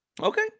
Okay